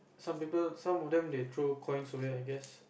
some people some of them throw coins away I guess